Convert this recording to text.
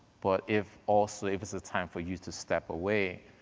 but if, also, it was a time for you to step away,